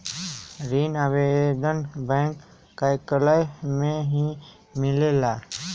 ऋण आवेदन बैंक कार्यालय मे ही मिलेला?